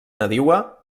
nadiua